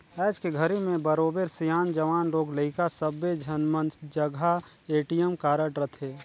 आयज के घरी में बरोबर सियान, जवान, लोग लइका सब्बे झन मन जघा ए.टी.एम कारड रथे